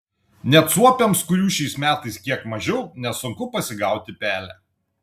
net suopiams kurių šiais metais kiek mažiau nesunku pasigauti pelę